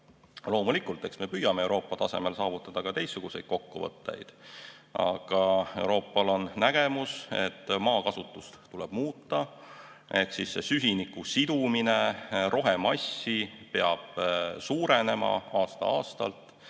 Loomulikult, eks me püüame Euroopa tasemel saavutada ka teistsuguseid kokkuleppeid. Aga Euroopas on nägemus, et maakasutust tuleb muuta ehk süsiniku sidumine rohemassi peab aasta-aastalt